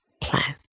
plan